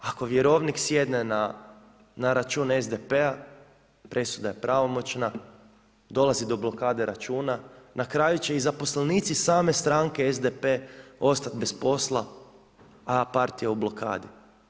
Ako vjerovnik sjedne na račun SDP-a presuda je pravomoćna, dolazi do blokade računa, na kraju će i zaposlenici same stranke SDP ostat bez posla, a partija u blokadi.